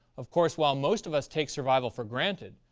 of course, while most of us take survival for granted,